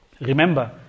Remember